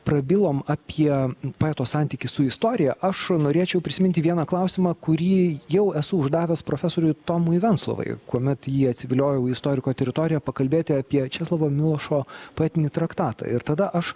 prabilom apie poeto santykį su istorija aš norėčiau prisiminti vieną klausimą kurį jau esu uždavęs profesoriui tomui venclovai kuomet jį atsiviliojau į istoriko teritoriją pakalbėti apie česlovo milošo poetinį traktatą ir tada aš